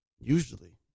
usually